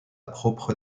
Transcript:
propre